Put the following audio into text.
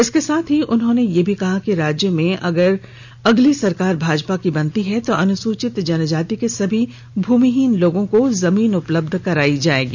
इसके साथ ही उन्होंने यह कहा कि राज्य में अगर अगली सरकार भाजपा की बनती है तो अनुसूचित जनजाति के सभी भूमिहीन लोगों को जमीन उपलब्ध कराई जायेगी